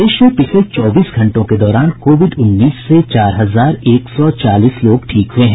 प्रदेश में पिछले चौबीस घंटों के दौरान कोविड उन्नीस से चार हजार एक सौ चालीस लोग ठीक हुए हैं